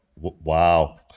wow